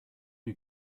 die